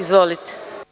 Izvolite.